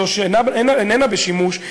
זו שאיננה בשימוש,